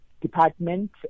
department